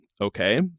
Okay